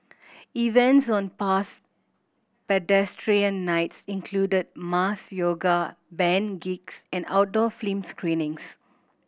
events on past Pedestrian Nights included mass yoga band gigs and outdoor film screenings